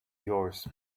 yours